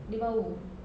dia bau